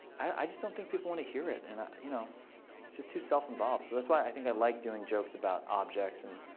i just don't think people want to hear it. and you know it's just too self-involved. so that's why i think i like doing jokes about objects and